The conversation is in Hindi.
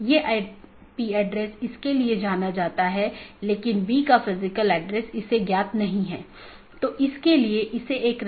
एक विशेष उपकरण या राउटर है जिसको BGP स्पीकर कहा जाता है जिसको हम देखेंगे